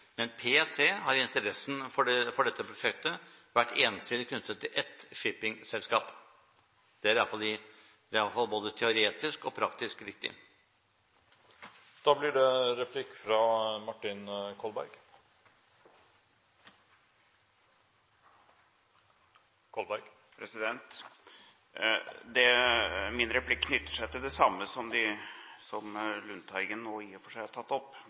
men p.t. har interessen for dette prosjektet vært ensidig knyttet til ett shippingselskap. Det er iallfall både teoretisk og praktisk viktig. Min replikk knytter seg til det samme som det Lundteigen nå i og for seg har tatt opp,